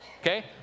okay